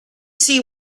see